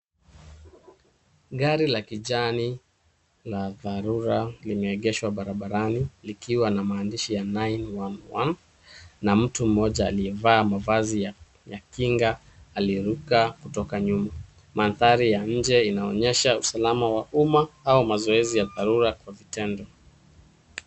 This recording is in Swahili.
Gari la kijani la dharura limeengeshwa barabarani likiwa na maandishi ya 911, na mtu mmoja aliyevaa mavazi ya kinga aliyeruka kutoka nyuma. Mandhari ya nje inaonyesha usalama wa umma au mazoezi ya dharura Kwa vitendo.